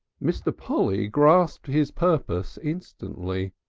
mr. polly grasped his purpose instantly,